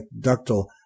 ductal